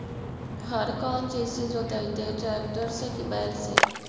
हर कौन चीज से जोतइयै टरेकटर से कि बैल से?